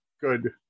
good